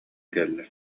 кэллэ